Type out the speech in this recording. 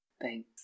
Thanks